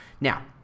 Now